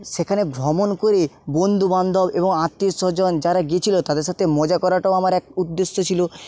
সেখানে ভ্রমণ করে বন্ধু বান্ধব এবং আত্মীয়স্বজন যারা গিয়েছিলো তাদের সাথে মজা করাটাও আমার এক উদ্দেশ্য ছিল